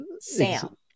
Sam